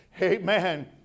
Amen